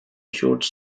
shoots